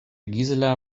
gisela